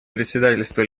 председательство